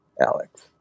Alex